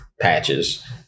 patches